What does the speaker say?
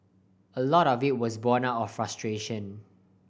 a lot of it was born out of frustration